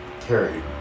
Carrie